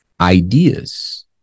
ideas